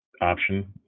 option